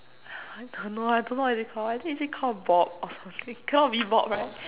I don't know I don't know what is it Called I think is it called Bob or something cannot be Bob right